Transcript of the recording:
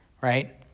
right